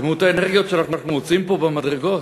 כמות האנרגיות שאנחנו מוציאים פה במדרגות.